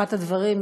בפתיחת הדברים,